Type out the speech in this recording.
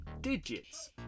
digits